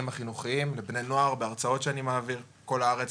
החינוכיים לבני נוער בהרצאות שאני מעביר בכל הארץ,